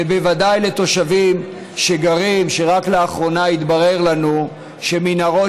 ובוודאי לתושבים שרק לאחרונה התברר לנו שמנהרות